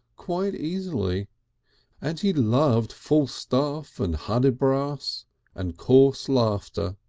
quite easily and he loved falstaff and hudibras and coarse laughter,